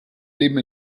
leben